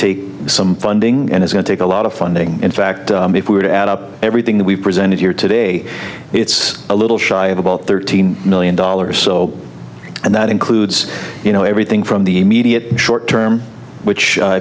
take some funding and is going to take a lot of funding in fact if we were to add up everything that we've presented here today it's a little shy of about thirteen million dollars so and that includes you know everything from the immediate short term which